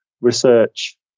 Research